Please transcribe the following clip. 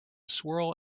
swirl